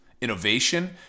innovation